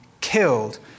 killed